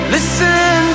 Listen